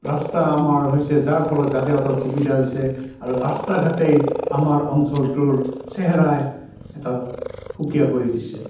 ৰাস্তা আমাৰ হৈছে যাৰ ফলত যাতায়তৰ সুবিধা হৈছে আৰু ৰাস্তা ঘাটেই আমাৰ অঞ্চলটোৰ চেহেৰাই এটা সুকীয়া কৰি দিছে